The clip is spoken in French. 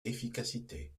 efficacité